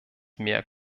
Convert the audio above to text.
mehr